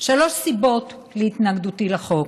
שלוש סיבות להתנגדותי לחוק: